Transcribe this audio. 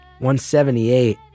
178